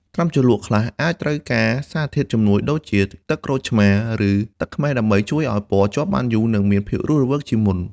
ថ្នាំជ្រលក់ខ្លះអាចត្រូវការសារធាតុជំនួយដូចជាទឹកក្រូចឆ្មារឬទឹកខ្មេះដើម្បីជួយឱ្យពណ៌ជាប់បានយូរនិងមានភាពរស់រវើកជាងមុន។